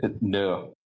no